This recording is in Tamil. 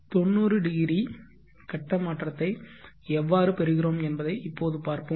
90 ° கட்ட மாற்றத்தை எவ்வாறு பெறுகிறோம் என்பதை இப்போது பார்ப்போம்